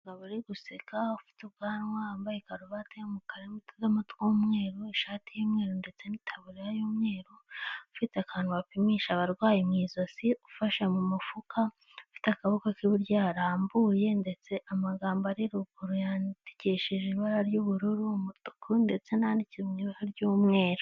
Umugabo ari uri guseka, ufite ubwanwa wambaye karuvati y'umukara n'utudomo tw'umweru, ishati y'umweru ndetse n'itaburiya y'umweru, ufite akantu bapimisha abarwayi mu ijosi, ufashe mu mufuka, ufite akaboko k'iburyo yararambuye ndetse amagambo ari ruguru yandikishije ibara ry'ubururu, umutuku ndetse n'anditse mu ibara ry'umweru.